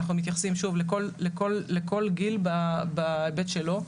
אנחנו מתייחסים שוב לכל גיל בהיבט שלו.